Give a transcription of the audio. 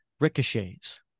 ricochets